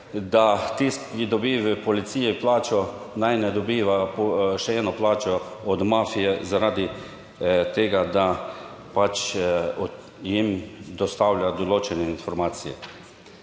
da tisti, ki dobi v policiji plačo, naj ne dobiva še eno plačo od mafije, zaradi tega, da pač jim dostavlja določene informacije.